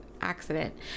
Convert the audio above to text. accident